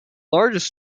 largest